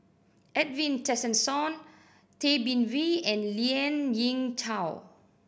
Edwin Tessensohn Tay Bin Wee and Lien Ying Chow